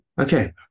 Okay